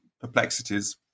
perplexities